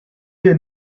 wir